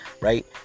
right